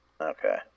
Okay